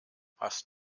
hast